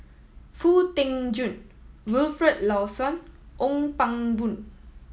Foo Tee Jun Wilfed Lawson Ong Pang Boon